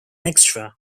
extra